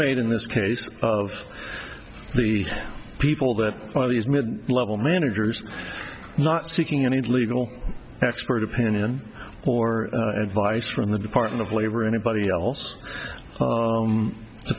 made in this case of the people that one of these mid level managers not seeking any legal expert opinion or advice from the department of labor or anybody else